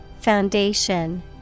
Foundation